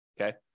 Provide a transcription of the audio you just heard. Okay